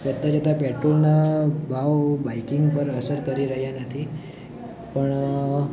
વધતા જતા પેટ્રોલના ભાવ બાઇકિંગ પર અસર કરી રહ્યા નથી પણ